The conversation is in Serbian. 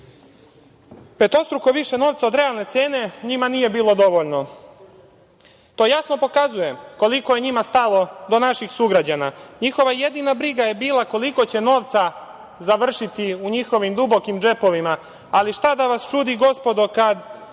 evra. Petostruko više novca od realne cene njima nije bilo dovoljno. To jasno pokazuje koliko je njima stalo do naših sugrađana. Njihova jedina briga je bila koliko će novca završiti u njihovim dubokim džepovima, ali šta da vas čudi gospodo kad